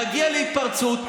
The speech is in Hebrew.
נגיע להתפרצות.